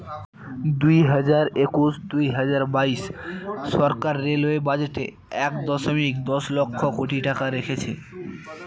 দুই হাজার একুশ দুই হাজার বাইশ সরকার রেলওয়ে বাজেটে এক দশমিক দশ লক্ষ কোটি টাকা রেখেছে